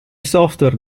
software